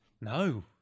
No